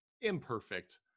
imperfect